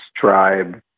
tribe